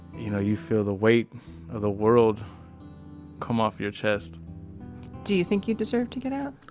you know, you feel the weight of the world come off your chest do you think you deserve to get out?